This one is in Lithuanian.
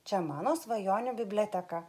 čia mano svajonių biblioteka